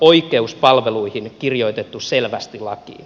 oikeus palveluihin kirjoitettu selvästi lakiin